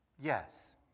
yes